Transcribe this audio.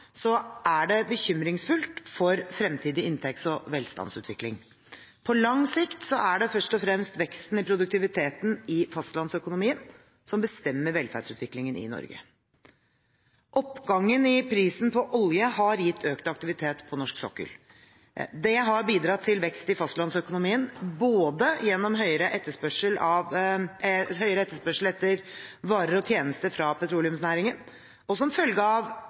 er det bekymringsfullt for fremtidig inntekts- og velstandsutvikling. På lang sikt er det først og fremst veksten i produktiviteten i fastlandsøkonomien som bestemmer velferdsutviklingen i Norge. Oppgangen i prisen på olje har gitt økt aktivitet på norsk sokkel. Det har bidratt til vekst i fastlandsøkonomien, både gjennom høyere etterspørsel etter varer og tjenester fra petroleumsnæringen og som følge av